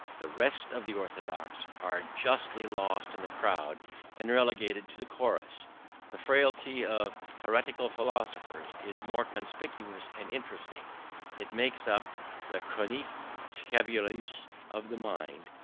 the rest of the orthodox are justly lost in the crowd and relegated to the chorus the frailty of heretical philosophers is more conspicuous and interesting it makes up the chronique scandaleuse of the mind,